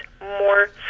more